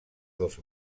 dos